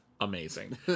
Amazing